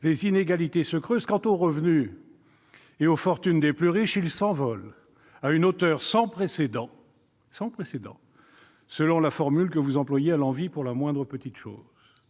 Les inégalités se creusent. Quant aux revenus et aux fortunes des plus riches, ils s'envolent à une hauteur « sans précédent », selon la formule que vous employez à l'envi pour la moindre petite chose.